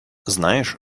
знаешь